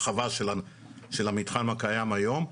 הרחבה של המתחם הקיים היום,